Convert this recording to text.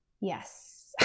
yes